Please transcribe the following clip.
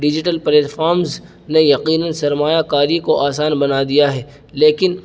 digital platforms نے یقیناً سرمایہ کاری کو آسان بنا دیا ہے لیکن